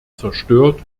zerstört